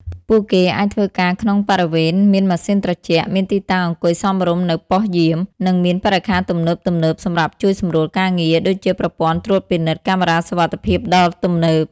ពួកគេអាចធ្វើការក្នុងបរិវេណមានម៉ាស៊ីនត្រជាក់ មានទីតាំងអង្គុយសមរម្យនៅប៉ុស្តិ៍យាម និងមានបរិក្ខារទំនើបៗសម្រាប់ជួយសម្រួលការងារ ដូចជាប្រព័ន្ធត្រួតពិនិត្យកាមេរ៉ាសុវត្ថិភាពដ៏ទំនើប។